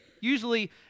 usually